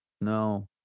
no